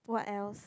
what else